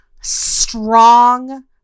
strong